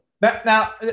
now